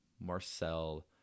Marcel